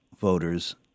voters